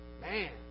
Man